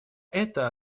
это